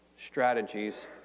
strategies